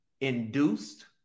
induced